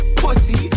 pussy